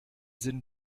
sinn